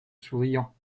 souriant